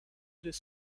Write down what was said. deux